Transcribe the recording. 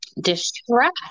distress